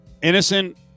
Innocent